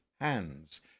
hands